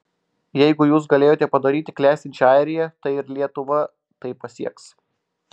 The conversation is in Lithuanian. jeigu jūs galėjote padaryti klestinčią airiją tai ir lietuva tai pasieks